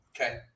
Okay